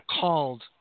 called